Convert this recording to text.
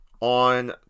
on